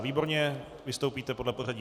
Výborně, vystoupíte podle pořadí.